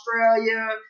Australia